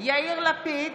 יאיר לפיד,